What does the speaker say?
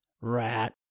Rat